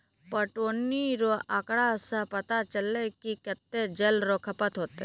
पटौनी रो आँकड़ा से पता चलै कि कत्तै जल रो खपत होतै